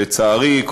לצערי,